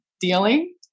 dealing